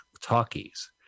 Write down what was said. talkies